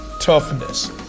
toughness